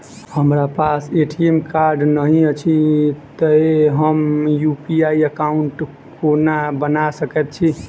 हमरा पास ATM card नहि अछि तए हम यु.पी.आई एकॉउन्ट कोना बना सकैत छी